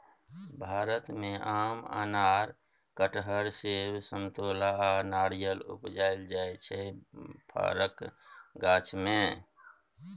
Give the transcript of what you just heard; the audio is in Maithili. भारत मे आम, अनार, कटहर, सेब, समतोला आ नारियर उपजाएल जाइ छै फरक गाछ मे